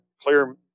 clear